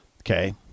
Okay